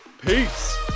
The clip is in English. Peace